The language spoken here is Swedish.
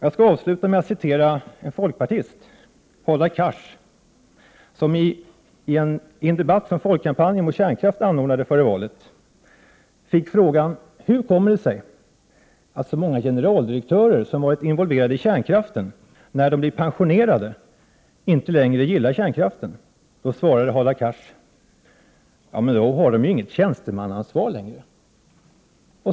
Jag skall avsluta med att citera en folkpartist, Hadar Cars, som i en debatt som Folkkampanjen mot kärnkraft anordnade före valet fick frågan: Hur kommer det sig att så många generaldirektörer som varit involverade i kärnkraften, när de blivit pensionerade inte längre gillar kärnkraften? Hadar Cars svarade: Ja, men då har de ju inget tjänstemannaansvar längre.